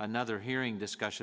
another hearing discussion